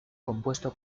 compuesto